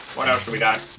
what else do we got?